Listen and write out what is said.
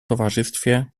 towarzystwie